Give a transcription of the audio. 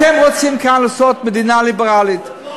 אתם רוצים כאן לעשות מדינה ליברלית,